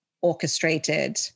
orchestrated